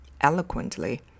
eloquently